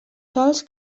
sòls